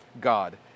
God